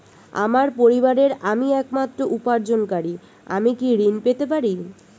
আমার পরিবারের আমি একমাত্র উপার্জনকারী আমি কি ঋণ পেতে পারি?